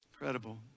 Incredible